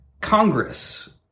Congress